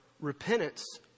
repentance